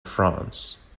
france